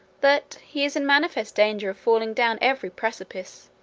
that he is in manifest danger of falling down every precipice,